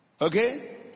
Okay